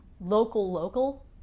local-local